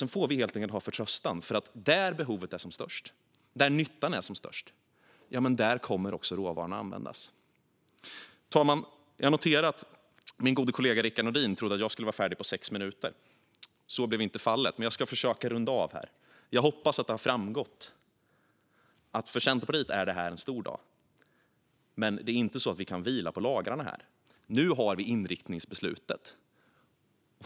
Sedan får vi helt enkelt ha förtröstan att där behovet och nyttan är som störst, där kommer också råvaran att användas. Fru talman! Jag noterar att min gode kollega Rickard Nordin trodde att jag skulle vara färdig på sex minuter. Så blev inte fallet, men jag ska försöka att runda av. Jag hoppas att det har framgått att för Centerpartiet är det här en stor dag. Det är dock inte så att vi kan vila på lagrarna. Nu har vi inriktningsbeslutet.